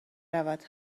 رود